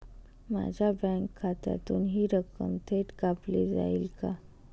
माझ्या बँक खात्यातून हि रक्कम थेट कापली जाईल का?